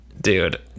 Dude